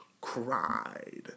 cried